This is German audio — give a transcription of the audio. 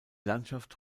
landschaft